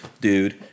dude